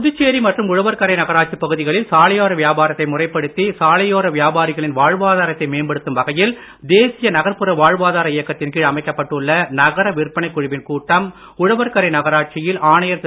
புதுச்சேரி மற்றும் உழவர்கரை நகராட்சி பகுதிகளில் சாலையோர வியாபாரத்தை முறைப்படுத்தி சாலையோர வியாபாரிகளின் வாழ்வாதரத்தை மேம்படுத்தும் வகையில் தேசிய நகர்ப்புற வாழ்வாதார இயக்கத்தின் கீழ் அமைக்கப்பட்டுள்ள நகர விற்பனை குழுவின் கூட்டம் உழவர்கரை நகராட்சியில் ஆணையர் திரு